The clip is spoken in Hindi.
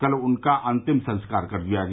कल उनका अंतिम संस्कार कर दिया गया